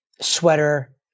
sweater